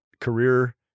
career